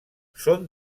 són